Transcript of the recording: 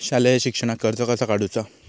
शालेय शिक्षणाक कर्ज कसा काढूचा?